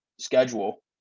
schedule